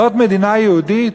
זאת מדינה יהודית?